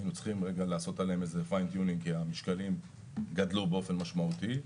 היינו צריכים לעשות איזה Fine Tuning כי המשקלים גדלו באופן משמעותי,